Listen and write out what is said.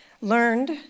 learned